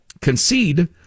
concede